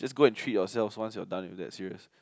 just go and treat yourself once you are done with that serious